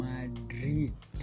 Madrid